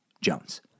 Jones